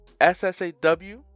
SSAW